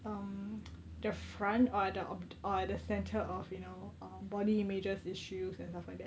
um the front or at the or or at the centre of you know uh body images issues and stuff like that